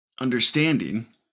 understanding